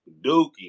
dookie